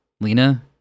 Lena